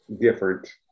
different